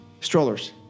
Strollers